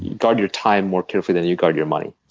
guard your time more carefully than you guard your money.